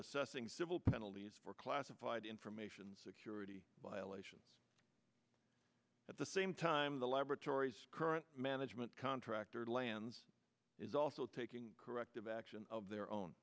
assessing civil penalties for classified information security violations at the same time the laboratories current management contractor plans is also taking corrective action of their own